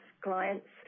clients